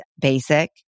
basic